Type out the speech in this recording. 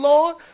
Lord